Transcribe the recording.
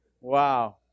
Wow